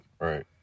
right